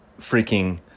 freaking